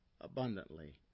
abundantly